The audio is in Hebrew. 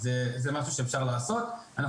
זה משהו שאפשר לעשות.